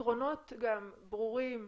הפתרונות גם ברורים,